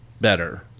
better